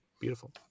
beautiful